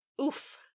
Oof